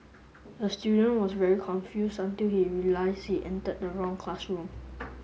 the student was very confused until he realised he entered the wrong classroom